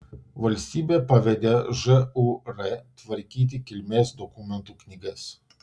valstybė pavedė žūr tvarkyti kilmės dokumentų knygas